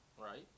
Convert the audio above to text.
right